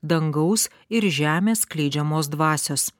dangaus ir žemės skleidžiamos dvasios